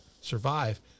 survive